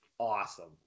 awesome